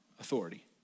authority